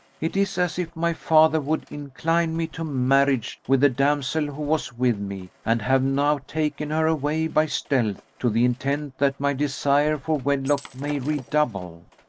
it is as if my father would incline me to marriage with the damsel who was with me and have now taken her away by stealth, to the intent that my desire for wedlock may redouble.